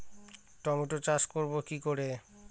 Tomato চাষ করব কি করে?